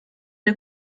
der